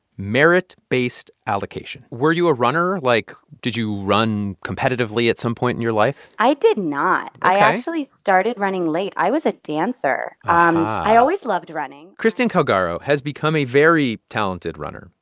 merit-based allocation were you a runner? like, did you run competitively at some point in your life? i did not ok i actually started running late. i was a dancer. i always loved running kristen calgaro has become a very talented runner,